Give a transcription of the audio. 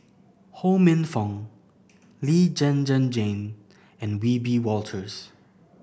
Ho Minfong Lee Zhen Zhen Jane and Wiebe Wolters